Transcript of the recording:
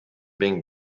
being